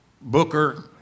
booker